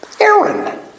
Aaron